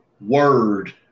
word